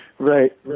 Right